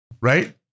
Right